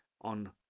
on